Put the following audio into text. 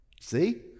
see